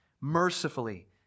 mercifully